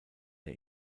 der